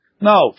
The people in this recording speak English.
No